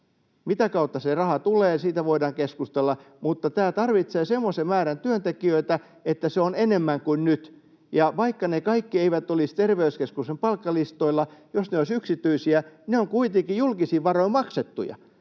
mitä kautta se raha tulee, voidaan keskustella, mutta tämä tarvitsee semmoisen määrän työntekijöitä, että se on enemmän kuin nyt. Vaikka ne kaikki eivät olisi terveyskeskuksen palkkalistoilla, niin jos ne olisivat yksityisiä, ne ovat kuitenkin julkisin varoin maksettuja.